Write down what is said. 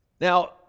Now